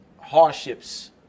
hardships